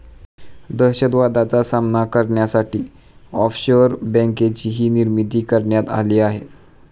दहशतवादाचा सामना करण्यासाठी ऑफशोअर बँकेचीही निर्मिती करण्यात आली आहे